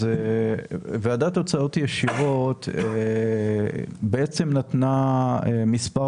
ועדת הוצאות ישירות בעצם נתנה מספר